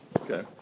Okay